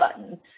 button